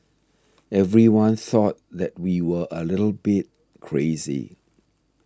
everyone thought that we were a little bit crazy